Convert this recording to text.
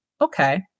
Okay